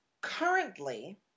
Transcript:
currently